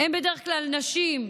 הן בדרך כלל נשים,